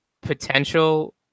potential